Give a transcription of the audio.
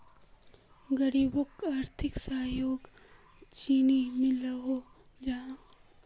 गरीबोक आर्थिक सहयोग चानी मिलोहो जाहा?